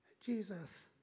Jesus